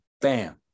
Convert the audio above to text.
bam